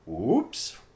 Oops